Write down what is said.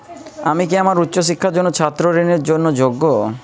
আমি কি আমার উচ্চ শিক্ষার জন্য ছাত্র ঋণের জন্য যোগ্য?